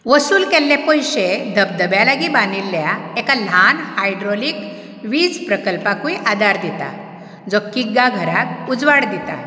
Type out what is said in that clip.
वसूल केल्ले पयशे धबधब्या लागीं बानिल्ल्या एका ल्हान हायड्रॉलीक वीज प्रकल्पाकूय आदार दिता जो किग्गा घराक उजवाड दिता